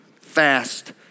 fast